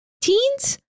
teens